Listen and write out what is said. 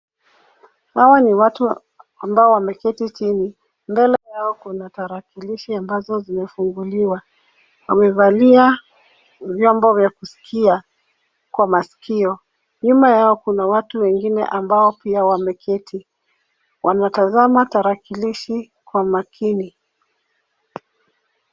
Hawa ni watu ambao wameketi chini, mbele yao kuna tarakilishi ambazo zimefunguliwa wamevalia vyombo vya kusikia kwa masikio. Nyuma yao kuna watu wengine ambao pia wameketi, wanatazama tarakilishi kwa makini.